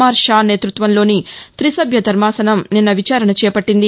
are Shah నేత్పత్వంలోని తిసభ్య ధర్మాసనం నిన్న విచారణ చేపట్లింది